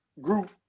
group